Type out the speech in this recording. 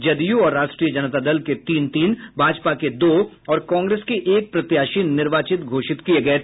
जदयू और राष्ट्रीय जनता दल के तीन तीन भाजपा के दो और कांग्रेस के एक प्रत्याशी निर्वाचित घोषित किये गये थे